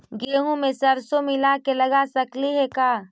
गेहूं मे सरसों मिला के लगा सकली हे का?